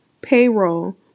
payroll